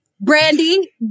Brandy